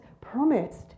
promised